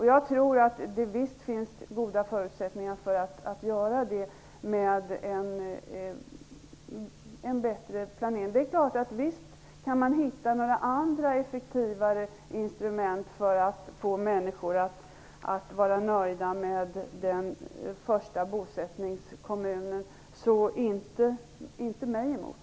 Jag tror att det visst finns goda förutsättningar för att göra en sådan bättre planering. Men det är klart att kan man hitta några andra och effektivare instrument för att få människor att vara nöjda med den första bosättningskommunen, så inte mig emot.